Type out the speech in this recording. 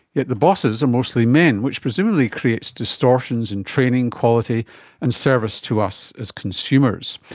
yet the bosses are mostly men, which presumably creates distortions in training, quality and service to us as consumers.